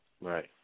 Right